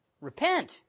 Repent